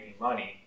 money